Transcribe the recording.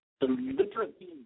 deliberately